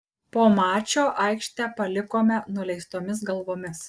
po mačo aikštę palikome nuleistomis galvomis